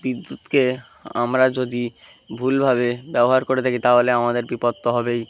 বিদ্যুৎকে আমরা যদি ভুলভাবে ব্যবহার করে থাকি তাহলে আমাদের বিপদ তো হবেই